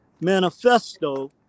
manifesto